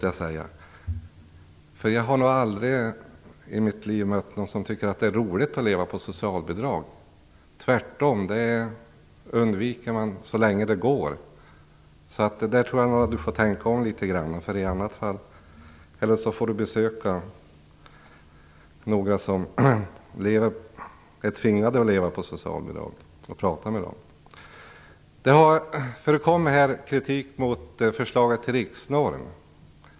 Jag har nog aldrig i mitt liv mött någon som tycker att det är roligt att leva på socialbidrag. Tvärtom undviker man det så länge det går. Jag tror att Annika Jonsell får tänka om, eller så får hon besöka några människor som är tvingade att leva på socialbidrag och prata med dem. Det har förekommit kritik mot förslaget till riksnorm.